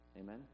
Amen